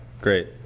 Great